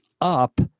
up